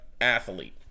athlete